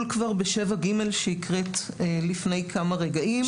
כלול כבר בסעיף 7(ג) שהקראת לפני כמה רגעים.